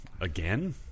Again